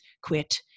quit